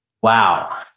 Wow